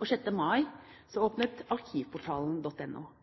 Den 6. mai åpnet arkivportalen.no. Arkivportalen